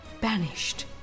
banished